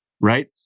right